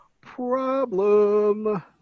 problem